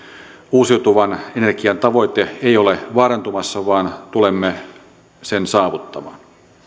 uusiutuvan energian tavoite ei ole vaarantumassa vaan tulemme sen saavuttamaan